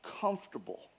comfortable